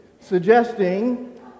suggesting